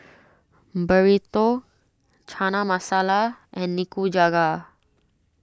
Burrito Chana Masala and Nikujaga